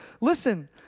listen